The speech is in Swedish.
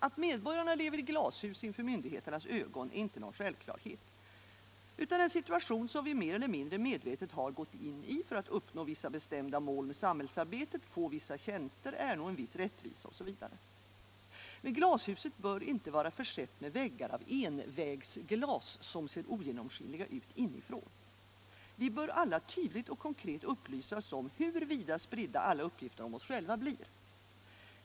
Att medborgare lever i glashus inför myndigheternas ögon är inte någon självklarhet utan en situation som vi mer eller mindre medvetet har gått in i för att uppnå vissa bestämda mål med samhällsarbetet, få vissa tjänster, ernå en viss rättvisa osv. Men glashuset bör inte vara försett med väggar av envägsglas, som ser ogenomskinliga ut inifrån. Vi bör alla tydligt och konkret upplysas om hur vitt spridda alla uppgifter om oss själva blir.